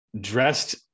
dressed